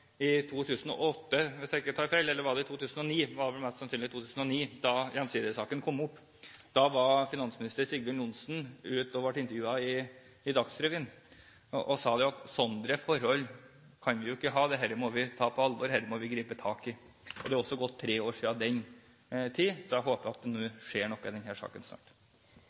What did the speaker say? I 2008, hvis jeg ikke tar feil, eller i 2009 – det var vel mest sannsynlig i 2009, da Gjensidige-saken kom opp – ble finansminister Sigbjørn Johnsen intervjuet i Dagsrevyen og sa, fritt sitert, at sånne forhold kan vi jo ikke ha. Dette må vi ta på alvor, dette må vi gripe tak i. Det har også gått tre år siden den tid, så jeg håper at det nå snart skjer noe i denne saken.